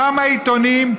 כמה עיתונים,